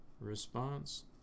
response